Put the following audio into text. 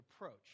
approach